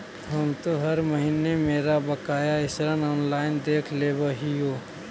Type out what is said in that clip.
हम तो हर महीने मेरा बकाया ऋण ऑनलाइन देख लेव हियो